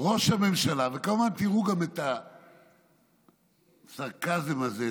"ראש הממשלה" כל הזמן תראו גם את הסרקזם הזה,